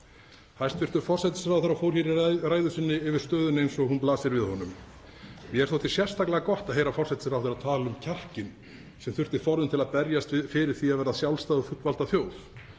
Hæstv. forsætisráðherra fór í ræðu sinni yfir stöðuna eins og hún blasir við honum. Mér þótti sérstaklega gott að heyra forsætisráðherra tala um kjarkinn sem þurfti forðum til að berjast fyrir því að verða sjálfstæð og fullvalda þjóð,